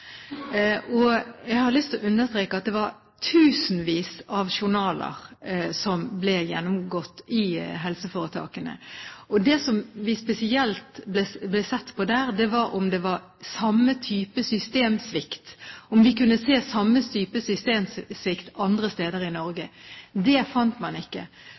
Jeg har lyst til å understreke at det var tusenvis av journaler som ble gjennomgått i helseforetakene. Det som det spesielt ble sett på der, var om man kunne se samme type systemsvikt andre steder i Norge. Det fant man ikke.